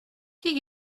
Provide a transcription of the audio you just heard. qui